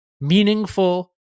meaningful